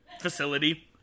facility